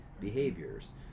behaviors